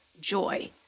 joy